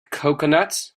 coconuts